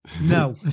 no